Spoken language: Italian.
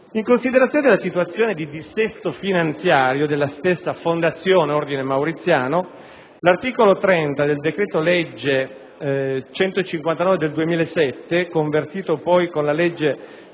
In considerazione della situazione di dissesto finanziario della stessa fondazione Ordine Mauriziano, l'articolo 30 del decreto-legge n. 159 del 2007, convertito poi con la legge